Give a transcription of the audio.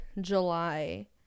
July